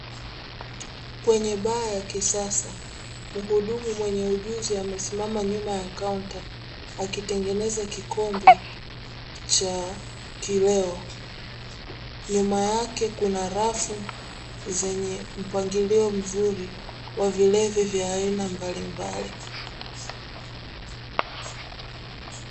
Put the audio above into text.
Kwenye baa ya kisasa mhudumu wenye ujuzi amesimama nyuma ya kaunta, akitengeneza kikombe cha kileo. Nyuma yake kuna rafu zenye mpangilio mzuri, wa vilevi vya aina mbalimbali.